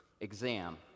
exam